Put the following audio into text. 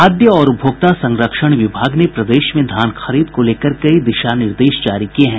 खाद्य और उपभोक्ता संरक्षण विभाग ने प्रदेश में धान खरीद को लेकर कई दिशा निर्देश जारी किये हैं